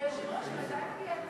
אדוני היושב-ראש, אדוני היושב-ראש,